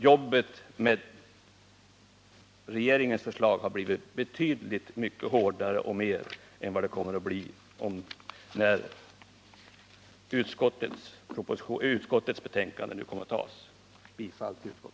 Arbetet med regeringens förslag skulle då ha blivit betydligt hårdare än vad arbetet kommer att bli när utskottets förslag nu kommer att antas. Jag yrkar bifall till utskottets hemställan.